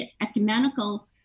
ecumenical